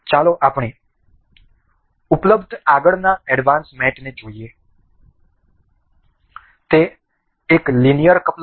ચાલો આપણે ઉપલબ્ધ આગળના એડવાન્સ મેટને જોઈએ તે એક લિનિયર કપલર છે